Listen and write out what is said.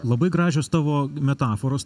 labai gražios tavo metaforos